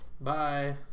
Bye